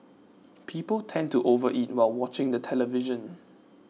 people tend to overeat while watching the television